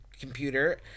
Computer